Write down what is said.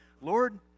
Lord